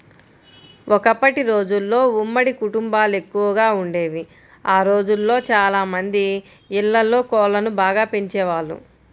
ఒకప్పటి రోజుల్లో ఉమ్మడి కుటుంబాలెక్కువగా వుండేవి, ఆ రోజుల్లో చానా మంది ఇళ్ళల్లో కోళ్ళను బాగా పెంచేవాళ్ళు